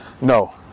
no